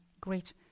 Great